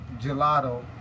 gelato